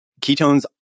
ketones